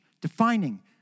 defining